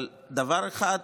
אבל דבר אחד